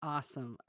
Awesome